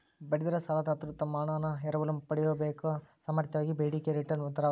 ಬಡ್ಡಿ ದರ ಸಾಲದಾತ್ರು ತಮ್ಮ ಹಣಾನ ಎರವಲು ಪಡೆಯಯೊ ಸಾಮರ್ಥ್ಯಕ್ಕಾಗಿ ಬೇಡಿಕೆಯ ರಿಟರ್ನ್ ದರವಾಗಿದೆ